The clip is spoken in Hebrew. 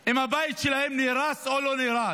אם הבית שלהם נהרס או לא נהרס.